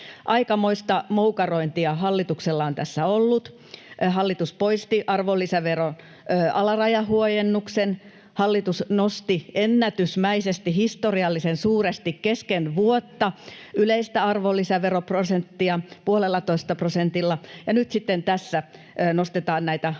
Aikamoista moukarointia hallituksella on tässä ollut: hallitus poisti arvonlisäveron alarajahuojennuksen, hallitus nosti ennätysmäisesti historiallisen suuresti kesken vuotta yleistä arvonlisäveroprosenttia puolellatoista prosentilla, ja nyt sitten tässä nostetaan näitä alennettuja